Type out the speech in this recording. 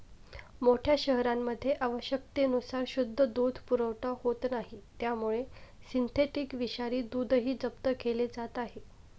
मोठ्या शहरांमध्ये आवश्यकतेनुसार शुद्ध दूध पुरवठा होत नाही त्यामुळे सिंथेटिक विषारी दूधही जप्त केले जात आहे